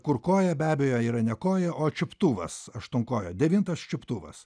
kur koja be abejo yra ne koja o čiuptuvas aštuonkojo devintas čiuptuvas